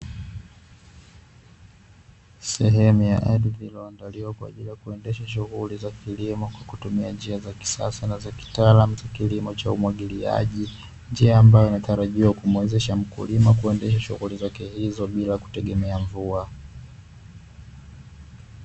Sehemu ya ardhi iliyoandaliwa kwa ajili ya kuendesha shughuli za kilimo kwa kutumia njia za kisasa na kitaalamu za kilimo cha umwagiliaji. Njia ambayo inatarajiwa kumwezesha mkulima kuendesha shughuli zake hizo, bila kutegemea mvua.